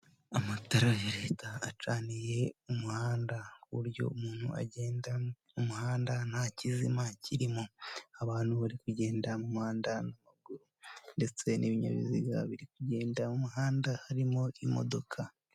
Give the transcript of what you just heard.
Amatara ya leta acaniye umuhanda ku buryo umuntu agenda mu muhanda nta kizima kirimo, abantu bari kugenda mu muhanda n'amaguru ndetse n'ibinyabiziga biri kugenda mu muhanda harimo imodoka.